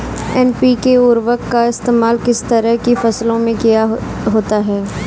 NPK उर्वरक का इस्तेमाल किस तरह की फसलों में होता है?